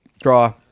draw